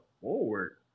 forward